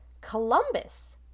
Columbus